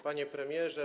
Panie Premierze!